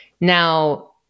now